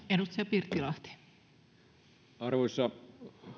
arvoisa